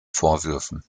vorwürfen